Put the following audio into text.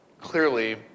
clearly